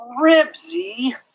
Ribsy